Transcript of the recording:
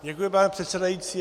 Děkuji, pane předsedající.